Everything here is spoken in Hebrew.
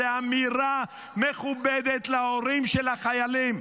זו אמירה מכובדת להורים של החיילים.